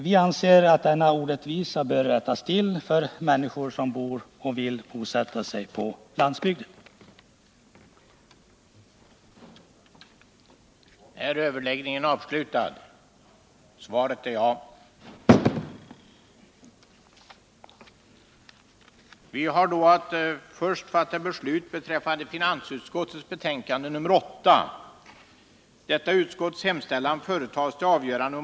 Vi anser att denna orättvisa för människor som bor eller vill bosätta sig på landsbygden bör avskaffas.